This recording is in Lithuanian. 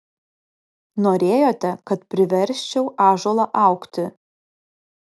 norėjote kad priversčiau ąžuolą augti